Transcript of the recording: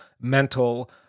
mental